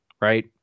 right